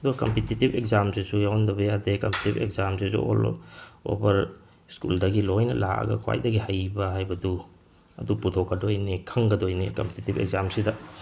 ꯑꯗꯣ ꯀꯝꯄꯤꯇꯦꯇꯤꯚ ꯑꯦꯛꯖꯥꯝꯁꯤꯁꯨ ꯌꯥꯎꯍꯟꯗꯕ ꯌꯥꯗꯦ ꯀꯝꯄꯤꯇꯦꯇꯤꯚ ꯑꯦꯛꯖꯥꯝꯁꯤꯁꯨ ꯑꯣꯜ ꯑꯣꯚꯔ ꯁ꯭ꯀꯨꯜꯗꯒꯤ ꯂꯣꯏꯅ ꯂꯥꯛꯑꯒ ꯈ꯭ꯋꯥꯏꯗꯒꯤ ꯍꯩꯕ ꯍꯥꯏꯕꯗꯨ ꯑꯗꯨ ꯄꯨꯊꯣꯛꯀꯗꯣꯏꯅꯦ ꯈꯪꯒꯗꯣꯏꯅꯦ ꯀꯝꯄꯤꯇꯦꯇꯤꯚ ꯑꯦꯛꯖꯥꯝꯁꯤꯗ